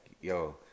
yo